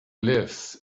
lives